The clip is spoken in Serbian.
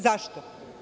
Zašto?